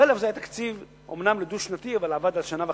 אז א' זה היה תקציב אומנם דו-שנתי אבל עבד על שנה וחצי,